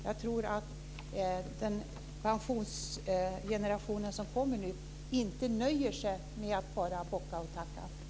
Jag tror att den pensionsgeneration som kommer nu inte nöjer sig med att bara bocka och tacka.